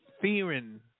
fearing